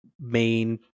main